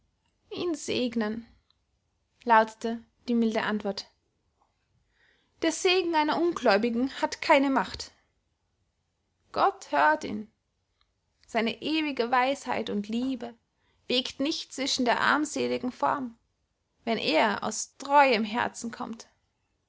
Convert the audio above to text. ihn segnen lautete die milde antwort der segen einer ungläubigen hat keine macht gott hört ihn seine ewige weisheit und liebe wägt nicht zwischen der armseligen form wenn er aus treuem herzen kommt